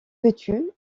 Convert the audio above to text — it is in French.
vêtu